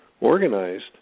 organized